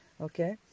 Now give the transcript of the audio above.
okay